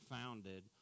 founded